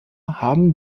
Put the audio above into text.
haben